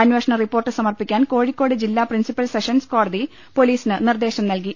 അന്വേഷണ റിപ്പോർട്ട് സമർപ്പിക്കാൻ കോഴിക്കോട് ജില്ലാ പ്രിൻസിപ്പൽ സെഷൻസ്കോ ടതി പൊലീസിന് നിർദേശം നൽകി